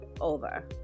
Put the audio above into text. over